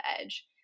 edge